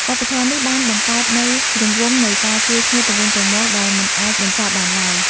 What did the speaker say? វប្បធម៌នេះបានបង្កើតនូវរង្វង់នៃការជួយគ្នាទៅវិញទៅមកដែលមិនអាចបញ្ចប់បានឡើយ។